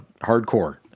hardcore